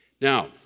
Now